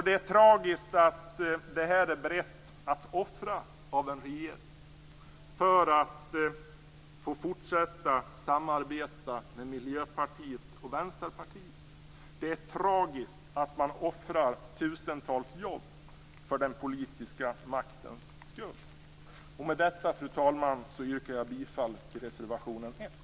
Det är tragiskt att regeringen är beredd att offra detta för att få fortsätta att samarbeta med Miljöpartiet och Vänsterpartiet. Det är tragiskt att man offrar tusentals jobb för den politiska maktens skull. Fru talman! Med detta yrkar jag bifall till reservation 1.